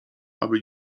aby